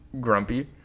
Grumpy